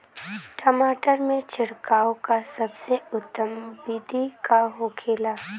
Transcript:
टमाटर में छिड़काव का सबसे उत्तम बिदी का होखेला?